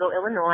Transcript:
Illinois